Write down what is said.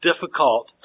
difficult